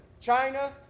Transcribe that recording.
China